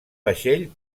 vaixell